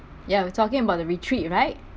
ya we're talking about the retreat right